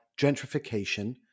gentrification